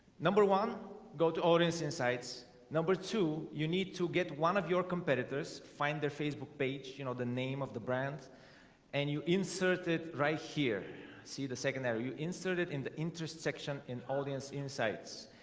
number one go to audience insights number two you need to get one of your competitors find their facebook page you know the name of the brand and you insert it right here see the secondary you insert it in the interests section in audience insights,